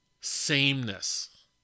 sameness